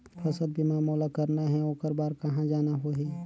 फसल बीमा मोला करना हे ओकर बार कहा जाना होही?